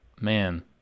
Man